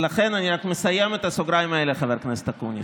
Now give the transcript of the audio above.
אני רק מסיים את הסוגריים האלה, חבר הכנסת אקוניס.